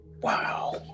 Wow